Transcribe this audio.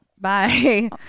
Bye